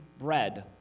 bread